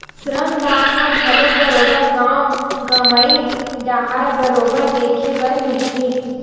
श्रम दान ह घलो बरोबर गाँव गंवई डाहर बरोबर देखे बर मिलथे